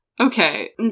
okay